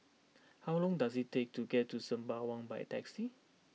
how long does it take to get to Sembawang by taxi